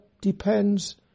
depends